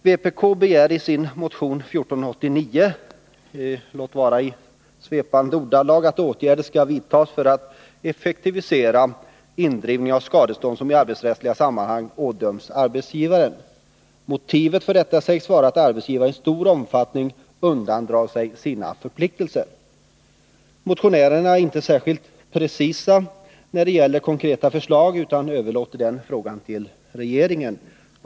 Vpk begär i sin motion nr 1489, låt vara i svepande ordalag, att åtgärder skall vidtas för att effektivisera indrivning av skadestånd som i arbetsrättsliga sammanhang ådömts arbetsgivare. Motiven för motionskravet sägs vara att arbetsgivare i stor omfattning undandrar sig sina förpliktelser. Motionärerna är inte särskilt precisa när det gäller att utforma konkreta förslag utan 37 överlåter den uppgiften till regeringen.